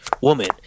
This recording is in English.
Woman